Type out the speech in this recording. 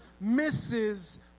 misses